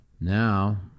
Now